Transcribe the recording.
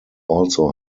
also